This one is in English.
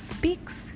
Speaks